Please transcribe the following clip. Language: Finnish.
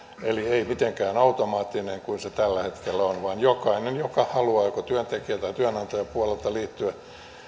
eli ei mitenkään automaattista niin kuin se tällä hetkellä on vaan jokaisen joka haluaa joko työntekijä tai työnantajapuolelta liittyä